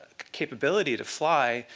capability to fly,